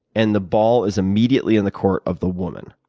and the ball is immediately in the court of the woman.